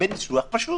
בניסוח פשוט.